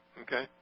Okay